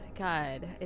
God